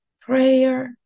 Prayer